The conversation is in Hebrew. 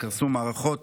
קרסו מערכות